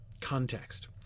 context